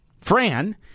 Fran